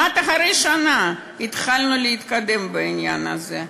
אחרי שנה כמעט, התחלנו להתקדם בעניין הזה.